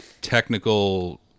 technical